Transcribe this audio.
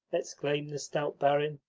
exclaimed the stout barin.